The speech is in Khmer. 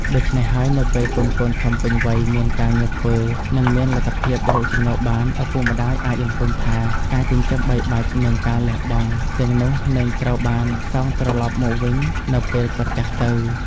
ដូច្នេះហើយ នៅពេលកូនៗធំពេញវ័យ មានការងារធ្វើ និងមានលទ្ធភាពរកចំណូលបាន ឪពុកម្ដាយអាចរំពឹងថាការចិញ្ចឹមបីបាច់ និងការលះបង់ទាំងនោះនឹងត្រូវបានសងត្រឡប់មកវិញនៅពេលគាត់ចាស់ទៅ។